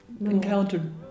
encountered